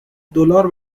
دلار